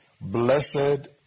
Blessed